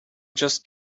just